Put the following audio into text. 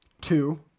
Two